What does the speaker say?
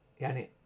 yani